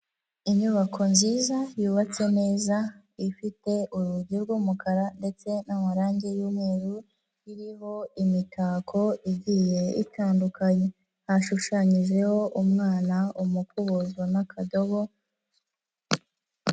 Inyubako nziza yubatse neza, ifite urugi rw'umukara ndetse n'amarangi y'umweru, iriho imitako igiye itandukanye hashushanyijeho umwana, umukubuzo n'akadobo.